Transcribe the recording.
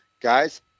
guys